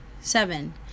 Seven